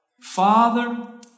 Father